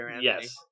Yes